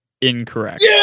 incorrect